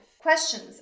questions